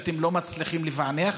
ואתם לא מצליחים לפענח.